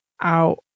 out